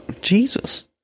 Jesus